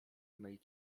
mej